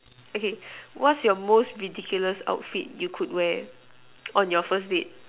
okay what's your most ridiculous outfit you could wear on your first date